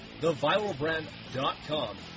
theviralbrand.com